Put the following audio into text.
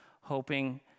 hoping